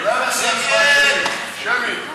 יאללה, שמי.